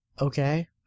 okay